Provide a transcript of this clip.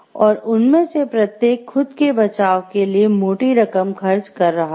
और उनमें से प्रत्येक खुद के बचाव के लिए मोटी रकम खर्च कर रहा था